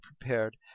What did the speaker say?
prepared